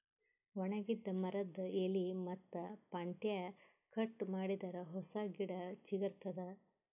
ಒಣಗಿದ್ ಮರದ್ದ್ ಎಲಿ ಮತ್ತ್ ಪಂಟ್ಟ್ಯಾ ಕಟ್ ಮಾಡಿದರೆ ಹೊಸ ಗಿಡ ಚಿಗರತದ್